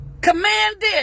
Commanded